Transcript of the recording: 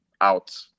out